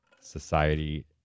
society